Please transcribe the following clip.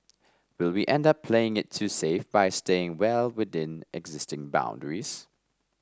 will we end up playing it too safe by staying well within existing boundaries